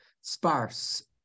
sparse